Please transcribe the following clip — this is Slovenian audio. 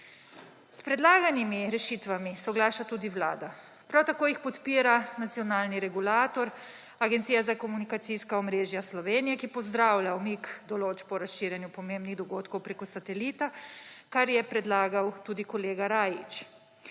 S predlaganimi rešitvami soglaša tudi Vlada, prav tako jih podpira nacionalni regulator Agencija za komunikacijska omrežja Slovenije, ki pozdravlja umik določb o razširjanju pomembnih dogodkov prek satelita, kar je predlagal tudi kolega Rajić.